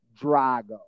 Drago